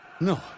No